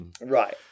Right